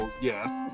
yes